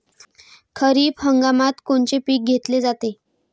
खरिप हंगामात कोनचे पिकं घेतले जाते?